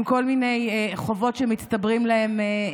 עם כל מיני חובות שמצטברים להם,